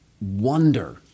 wonder